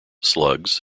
slugs